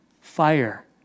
fire